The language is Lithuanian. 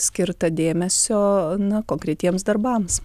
skirta dėmesio na konkretiems darbams